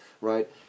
right